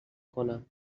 کنم